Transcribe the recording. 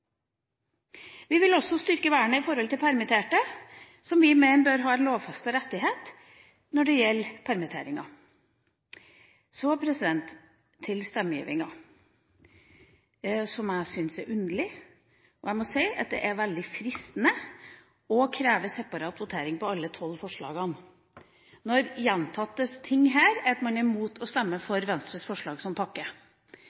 Vi vil også styrke vernet når det gjelder permitterte, som vi mener bør ha lovfestede rettigheter. Så til stemmegivinga, som jeg syns er underlig. Jeg må si det er veldig fristende å kreve separat votering på alle tolv forslagene når det gjentas her at man er mot å stemme for